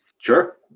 sure